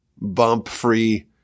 bump-free